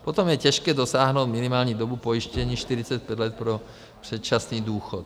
Potom je těžké dosáhnout minimální dobu pojištění 45 let pro předčasný důchod.